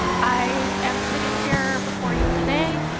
i am sitting here before you today,